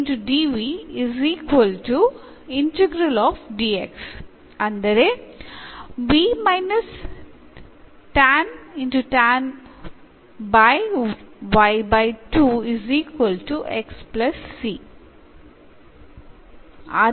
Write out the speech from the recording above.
തിരിച്ച് എന്ന് തന്നെ റീ സബ്സ്റ്റിറ്റ്യൂട്ട് ചെയ്താൽ എന്ന സൊലൂഷൻ ലഭിക്കുന്നു